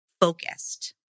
focused